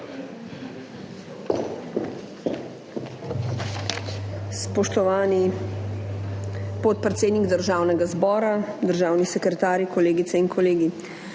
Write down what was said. Spoštovani podpredsednik Državnega zbora, državni sekretarji, kolegice in kolegi!